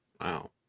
Wow